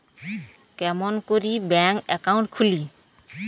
কেমন করি bank account খুলে?